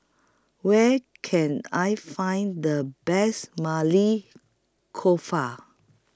Where Can I Find The Best Maili Kofta